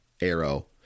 arrow